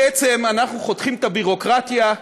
בעצם אנחנו חותכים את הביורוקרטיה,